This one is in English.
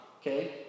Okay